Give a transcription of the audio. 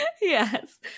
Yes